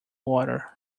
water